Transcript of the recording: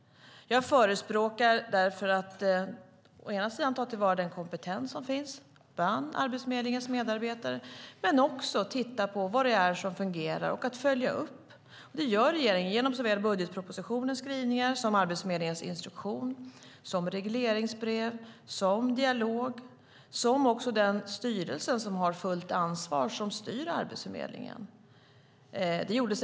Jag förespråkar därför att å ena sidan ta till vara den kompetens som finns bland Arbetsförmedlingens medarbetare, å andra sidan titta på vad som fungerar och följa upp. Det gör regeringen i budgetpropositionens skrivningar, i Arbetsförmedlingens instruktion, i regleringsbrev, i dialog och med den styrelse som har ansvaret att styra Arbetsförmedlingen.